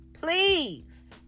please